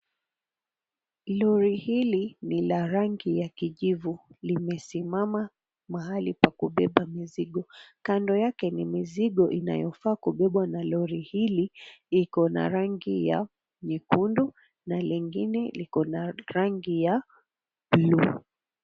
Lori hili ni la rangi ya kijivu limesimama Mahali pa kubeba mzigo. Kando yake ni mizigo inayofaa kubebwa na Lori hili Iko na rangi ya nyekundu na lingine liko na rangi bluu.